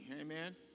Amen